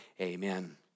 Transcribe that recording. Amen